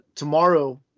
Tomorrow